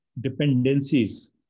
dependencies